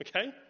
okay